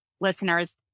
listeners